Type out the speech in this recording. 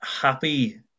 happy